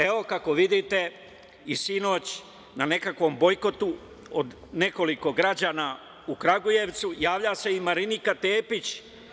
Evo, kako vidite i sinoć, na nekakvom bojkotu od nekoliko građana u Kragujevcu, javlja se i Marinika Tepić.